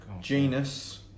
Genus